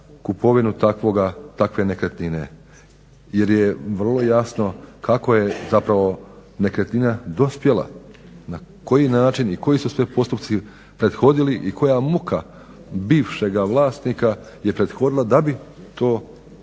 kupovinu takve nekretnine jer je vrlo jasno kako je zapravo nekretnina dospjela, na koji način i koji su sve postupci prethodili i koja muka bivšega vlasnika je prethodila da bi to dakle